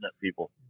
people